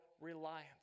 reliance